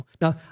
Now